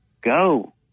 go